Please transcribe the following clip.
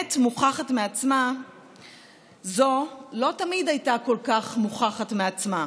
שאמת מוכחת מעצמה זו לא תמיד הייתה כל כך מוכחת מעצמה.